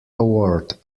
award